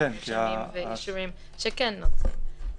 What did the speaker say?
ואישורים שכן נותנים.